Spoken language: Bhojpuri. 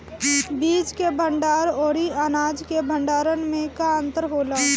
बीज के भंडार औरी अनाज के भंडारन में का अंतर होला?